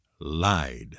lied